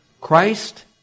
Christ